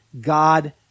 god